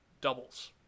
doubles